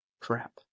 Crap